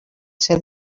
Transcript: ser